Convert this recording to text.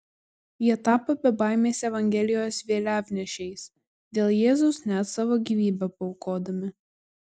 jie tapo bebaimiais evangelijos vėliavnešiais dėl jėzaus net savo gyvybę paaukodami